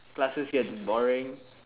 classes get boring